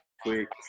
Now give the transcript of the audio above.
quick